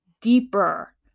deeper